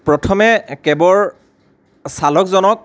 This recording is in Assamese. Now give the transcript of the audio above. প্ৰথমে কেবৰ চালকজনক